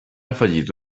afegit